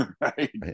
right